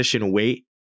weight